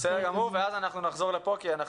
בסדר גמור ואז אנחנו נחזור לפה כי אנחנו